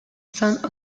some